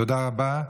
תודה רבה.